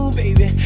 baby